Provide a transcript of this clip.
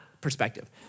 perspective